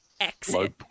exit